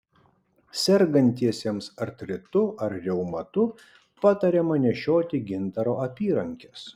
sergantiesiems artritu ar reumatu patariama nešioti gintaro apyrankes